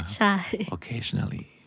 Occasionally